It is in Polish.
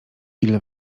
ile